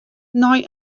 nei